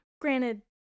Granted